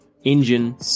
Engine